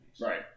Right